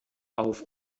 auf